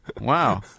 Wow